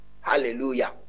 hallelujah